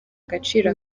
agaciro